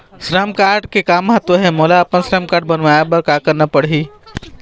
श्रम कारड के का महत्व हे, मोला अपन श्रम कारड बनवाए बार का करना पढ़ही?